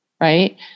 right